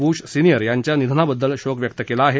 ब्र्श senior यांच्या निधनाबद्दल शोक व्यक्त केला आहे